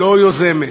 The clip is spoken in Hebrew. לא יוזמת.